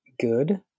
good